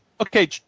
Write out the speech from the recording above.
okay